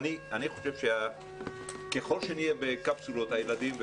אני חושב שככל שהילדים יהיו בקפסולות,